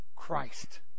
Christ